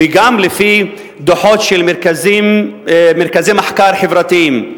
וגם לפי דוחות של מרכזי מחקר חברתיים,